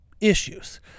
issues